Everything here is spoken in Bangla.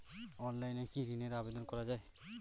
অনলাইনে কি ঋনের আবেদন করা যায়?